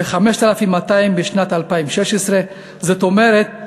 ו-5,200 בשנת 2016. זאת אומרת,